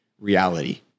reality